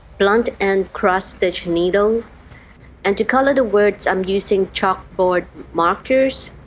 blunt end cross stitch needle and to color the words i'm using chalkboard markers